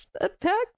attack